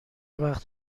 وقت